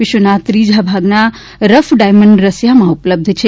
વિશ્વના ત્રીજા ભાગના રફ ડાયમંડ રશિયામાં ઉપલબ્ધ છે